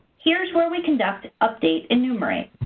here's where we conduct update enumerates.